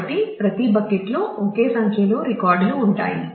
కాబట్టి ప్రతి బకెట్లో ఒకే సంఖ్యలో రికార్డులు ఉంటాయి